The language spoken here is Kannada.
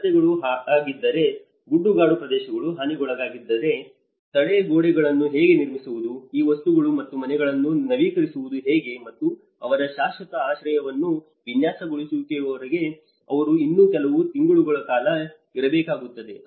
ರಸ್ತೆಗಳು ಹಾಳಾಗಿದ್ದರೆ ಗುಡ್ಡಗಾಡು ಪ್ರದೇಶಗಳು ಹಾನಿಗೊಳಗಾಗಿದ್ದರೆ ತಡೆಗೋಡೆಗಳನ್ನು ಹೇಗೆ ನಿರ್ಮಿಸುವುದು ಈ ವಸ್ತುಗಳು ಮತ್ತು ಮನೆಗಳನ್ನು ನವೀಕರಿಸುವುದು ಹೇಗೆ ಮತ್ತು ಅವರ ಶಾಶ್ವತ ಆಶ್ರಯವನ್ನು ವಿನ್ಯಾಸಗೊಳಿಸುವವರೆಗೆ ಅವರು ಇನ್ನೂ ಕೆಲವು ತಿಂಗಳುಗಳ ಕಾಲ ಇರಬೇಕಾಗುತ್ತದೆ